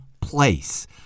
place